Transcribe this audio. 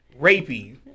Rapey